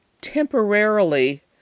temporarily